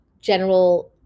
general